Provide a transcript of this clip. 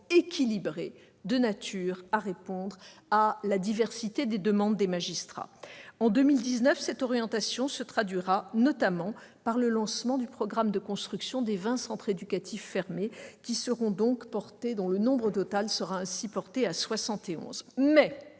équilibrée, de nature à répondre à la pluralité des demandes des magistrats. En 2019, cette orientation se traduira notamment par le lancement du programme de construction de vingt centres éducatifs fermés, dont le nombre total sera ainsi porté à soixante